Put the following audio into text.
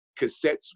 cassettes